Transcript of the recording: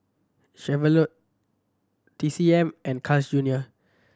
Chevrolet T C M and Carl's Junior